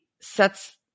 sets